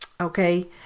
okay